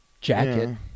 jacket